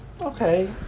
Okay